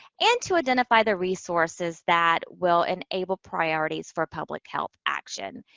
and to identify the resources that will enable priorities for public health action.